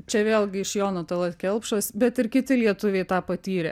čia vėlgi iš jono talat kelpšos bet ir kiti lietuviai tą patyrė